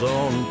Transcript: on